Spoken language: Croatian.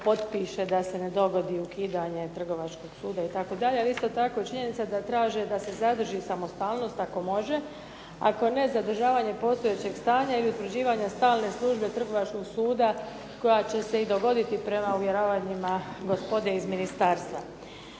da se ne dogodi ukidanje Trgovačkog suda itd., ali isto tako i činjenica da traže da se zadrži samostalnost ako može, ako ne zadržavanje postojećeg stanja ili utvrđivanja stalne službe Trgovačkog suda koja će se i dogoditi prema uvjeravanjima gospode iz ministarstva.